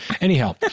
Anyhow